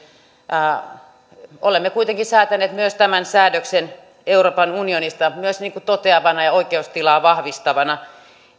olemme kuitenkin säätäneet myös tämän säädöksen euroopan unionista niin kuin toteavana ja oikeustilaa vahvistavana